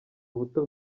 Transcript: ubuto